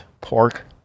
Pork